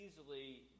easily